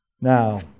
Now